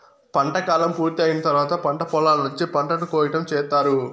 పంట కాలం పూర్తి అయిన తర్వాత పంట పొలాల నుంచి పంటను కోయటం చేత్తారు